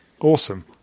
Awesome